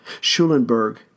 Schulenburg